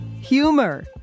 Humor